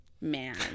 man